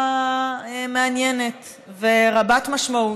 מעניינת ורבת-משמעות.